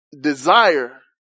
desire